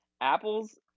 Apples